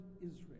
Israel